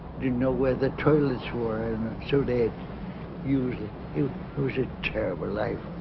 didn't know where the toilets were and so they had usually it was a terrible life